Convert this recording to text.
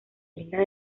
islas